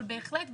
אבל בהחלט,